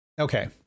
Okay